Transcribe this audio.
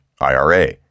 IRA